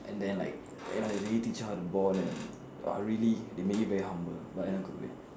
and then like and they really teach you how to bond and really they make you very humble but in a good way